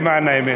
למען האמת,